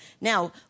Now